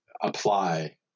apply